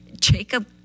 Jacob